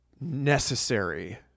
necessary